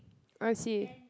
I see